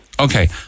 Okay